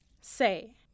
Say